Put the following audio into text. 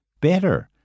better